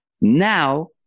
now